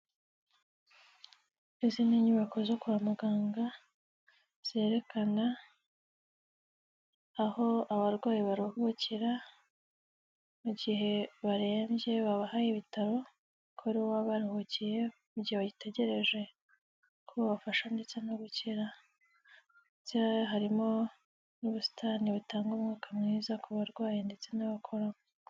Izi ni inyubako zo kwa muganga zerekana aho abarwayi baruhukira mu gihe barembye babaha ibitaro ko ari baba baruhukiye mu gihe bagitegereje ko babafasha ndetse no gukira ndetse harimo n'ubusitani butanga umwuka mwiza ku barwayi ndetse n'abakora.